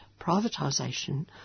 privatisation